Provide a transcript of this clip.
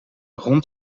hond